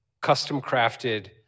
custom-crafted